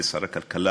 ובשר הכלכלה,